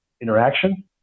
interaction